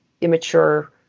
immature